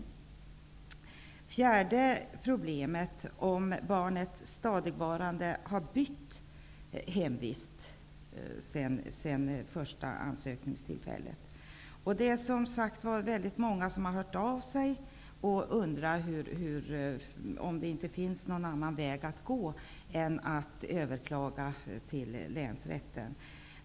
Det fjärde problemet utgörs av om barnet stadigvarande har bytt hemvist sedan första ansökningstillfället. Det är många som har hört av sig och undrat om det inte finns någon annan väg att gå än att överklaga till länsrätten.